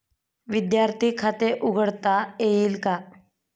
विद्यार्थी खाते उघडता येईल का?